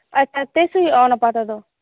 ᱟᱪᱪᱷᱟ ᱛᱤᱥ ᱦᱩᱭᱩᱜᱼᱟ ᱚᱱᱟ ᱯᱟᱛᱟ ᱫᱚ